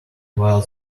while